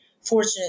fortunate